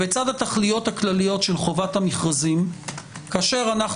ובצד התכליות הכלליות של חובת המכרזים כאשר אנחנו